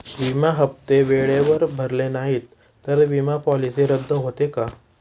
विमा हप्ते वेळेवर भरले नाहीत, तर विमा पॉलिसी रद्द होते का?